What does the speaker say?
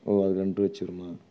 ஓ அது